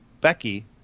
Becky